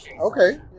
Okay